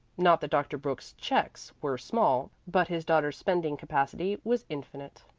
not that dr. brooks's checks were small, but his daughter's spending capacity was infinite.